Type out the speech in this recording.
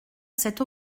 cette